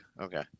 Okay